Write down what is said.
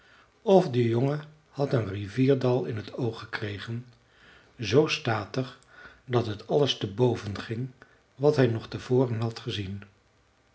of de jongen had een rivierdal in t oog gekregen z statig dat het alles te boven ging wat hij nog te voren had gezien